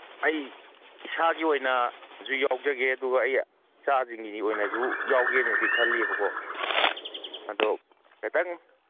ꯑꯩ ꯏꯁꯥꯒꯤ ꯑꯣꯏꯅꯁꯨ ꯌꯥꯎꯖꯒꯦ ꯑꯗꯨꯒ ꯑꯩ ꯏꯆꯥꯁꯤꯡꯒꯤ ꯑꯣꯏꯅꯁꯨ ꯌꯥꯎꯒꯦ ꯍꯥꯏꯅꯗꯤ ꯈꯜꯂꯤꯌꯦꯕꯀꯣ ꯑꯗꯣ ꯈꯖꯤꯛꯇꯪ